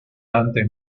antes